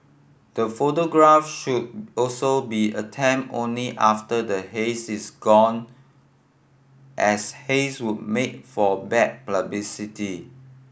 the photograph should also be attempted only after the haze is gone as haze would make for bad publicity